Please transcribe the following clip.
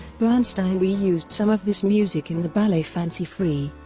bernstein reused some of this music in the ballet fancy free.